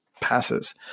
passes